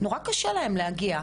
נורא קשה להם להגיע.